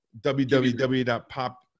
www.pop